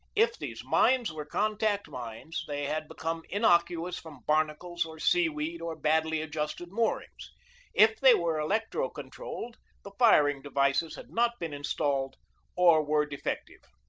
if these mines were contact mines they had become innocuous from barnacles or sea-weed or badly adjusted moorings if they were electro-controlled the firing devices had not been installed or were defective.